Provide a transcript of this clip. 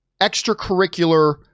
extracurricular